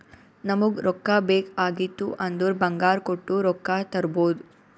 ನಮುಗ್ ರೊಕ್ಕಾ ಬೇಕ್ ಆಗಿತ್ತು ಅಂದುರ್ ಬಂಗಾರ್ ಕೊಟ್ಟು ರೊಕ್ಕಾ ತರ್ಬೋದ್